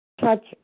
Touch